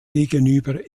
gegenüber